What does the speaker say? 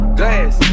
glass